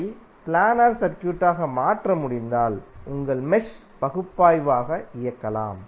அதை பிளானர் சர்க்யூட்டாக மாற்ற முடிந்தால் உங்கள் மெஷ் பகுப்பாய்வை இயக்கலாம்